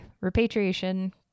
Repatriation